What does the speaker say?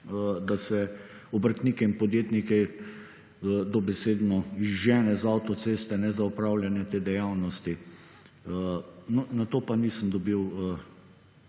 da se obrtnike in podjetnike dobesedno izžene iz avtoceste za opravljanje te dejavnosti? Na to pa nisem dobil